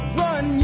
run